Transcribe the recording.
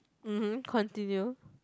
mmhmm continue